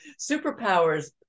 superpowers